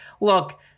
Look